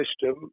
system